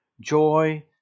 joy